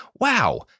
Wow